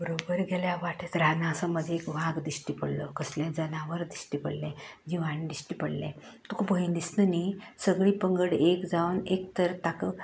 बरोबर गेल्यार वाटेर रानां समज एक वाघ दिश्टी पडलो कसलें जनावर दिश्टी पडलें जिवाणें दिश्टी पडलें तूक भयन दिसना न्ही सगळीं पंगड एक जावन एक तर ताका